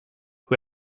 who